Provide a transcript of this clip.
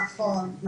נכון.